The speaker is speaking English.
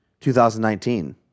2019